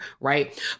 right